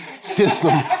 system